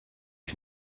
ich